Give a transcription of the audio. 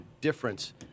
difference